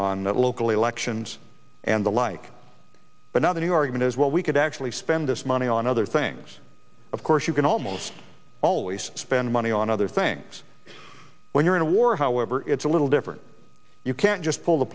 on the local elections and the like but now the new argument is well we could actually spend this money on other things of course you can almost always spend money on other things when you're in a war however it's a little different you can't just pull the